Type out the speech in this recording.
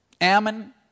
Ammon